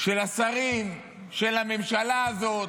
של השרים, של הממשלה הזאת,